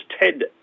Ted